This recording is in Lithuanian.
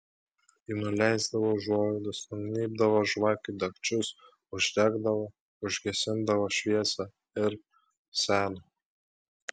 ji nuleisdavo užuolaidas nugnybdavo žvakių dagčius uždegdavo užgesindavo šviesą ir seno